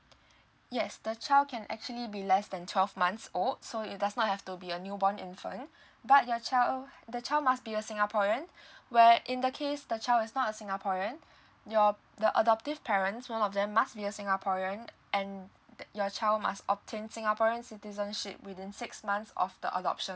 yes the child can actually be less than twelve months old so it does not have to be a new born infant but your child the child must be a singaporean where in the case the child is not singaporean your the adoptive parents one of them must be a singaporean and your child must obtain singaporean citizenship within six months of the adoption